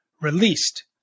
Released